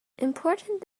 important